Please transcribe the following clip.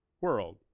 world